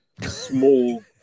small